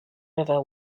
river